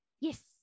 Yes